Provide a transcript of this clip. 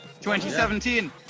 2017